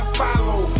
follow